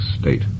state